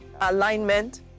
Alignment